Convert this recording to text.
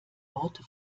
worte